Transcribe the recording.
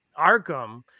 arkham